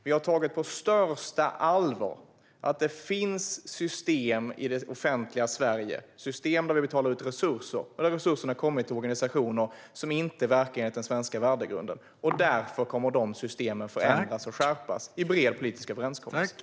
Vi har dock på största allvar tagit till oss att det finns system i det offentliga Sverige inom vilka vi betalar ut resurser som har kommit till organisationer som inte verkar enligt den svenska värdegrunden. Därför kommer dessa system att förändras och skärpas i bred politisk överenskommelse.